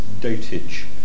dotage